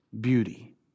beauty